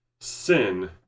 sin